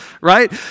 right